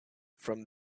from